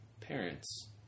parents